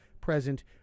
Present